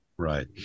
Right